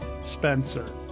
Spencer